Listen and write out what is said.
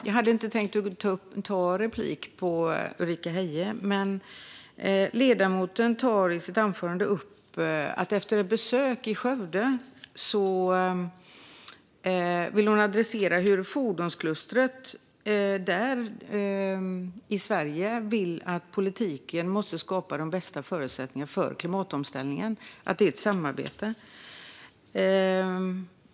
Jag hade inte tänkt ta replik på Ulrika Heie, men hon tar i sitt anförande upp att hon efter ett besök i Skövde vill adressera att fordonsklustret i Sverige vill att politiken ska skapa de bästa förutsättningarna för klimatomställningen och att det är ett samarbete.